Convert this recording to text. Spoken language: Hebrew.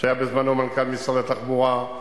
שהיה בזמנו מנכ"ל משרד התחבורה,